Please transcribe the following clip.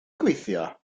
gweithio